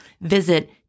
Visit